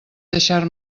deixar